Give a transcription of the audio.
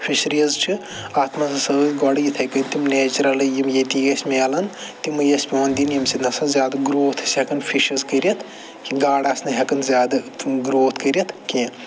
fisheries چھِ اَتھ منٛز ہسا ٲسۍ گۄڈٕ یِتھَے کٔنۍ تِم نیچرَلٕے یِم ییٚتی ٲسۍ مِلان تِمَے ٲسۍ پٮ۪وان دِنۍ ییٚمہِ سۭتۍ نَہ سا زیادٕ گرٛوتھ ٲسۍ ہٮ۪کان فِشٕز کٔرِتھ گاڈٕ آسنہٕ ہٮ۪کان زیادٕ تِم گرٛوتھ کٔرِتھ کیٚنٛہہ